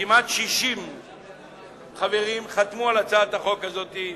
כמעט 60 חברים חתמו על הצעת החוק הזאת.